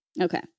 Okay